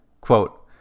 Quote